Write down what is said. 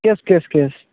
cash cash cash